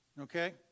Okay